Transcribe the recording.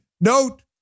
note